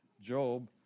Job